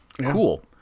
Cool